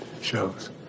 shows